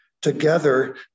Together